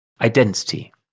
Identity